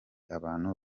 abantu